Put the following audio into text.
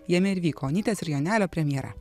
jame ir vyko onytės ir jonelio premjera